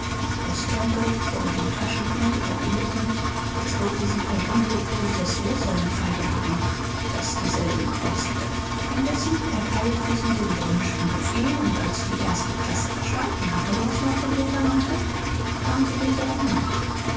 fuhr mit dem taschentuch über die lippen als wollte sie ein unwillkürliches lächeln verjagen daß dieselben kräuselte indessen erteilte sie den gewünschten befehl und als die erste klasse verstanden hatte was man von ihr verlangte kam sie demselben nach